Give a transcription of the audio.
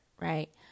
Right